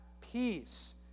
peace